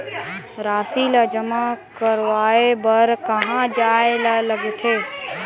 राशि ला जमा करवाय बर कहां जाए ला लगथे